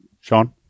Sean